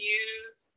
use